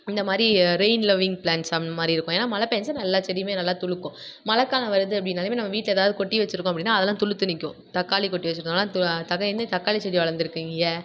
இந்தமாதிரி rain loving plants அந்த மாதிரி இருக்கும் ஏன்னா மழை பேய்ஞ்சா எல்லா செடியுமே நல்லா துளுர்க்கும் மழைக்காலம் வருது அப்படின்னாலுமே நம்ம வீட்டில் ஏதாவது கொட்டி வெச்சிருக்கோம் அப்படின்னா அதெல்லாம் துளுர்த்து நிற்கும் தக்காளி கொட்டி வெச்சிருக்கோனால தக்க என்ன தக்காளிச் செடி வளந்திருக்கு இங்கே